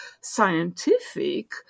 scientific